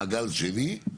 מעגל שני.